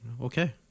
okay